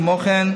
כמו כן,